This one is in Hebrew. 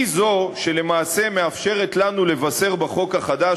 היא שלמעשה מאפשרת לנו לבשר בחוק החדש